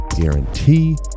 guarantee